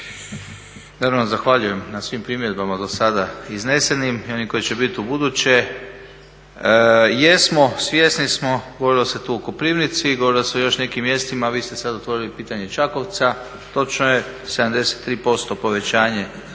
zahvaljujem na svim primjedbama do sada iznesenim i onim koji će biti ubuduće. Jesmo svjesni smo govorilo se tu o Koprivnici, govorilo se još nekim mjestima, vi ste sada otvorili pitanje Čakovca, točno je 73% povećanje